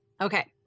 Okay